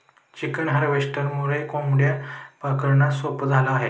chicken हार्वेस्टरमुळे कोंबड्या पकडणं सोपं झालं आहे